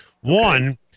One